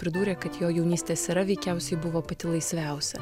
pridūrė kad jo jaunystės era veikiausiai buvo pati laisviausia